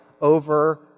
over